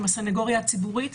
עם הסנגוריה הציבורית.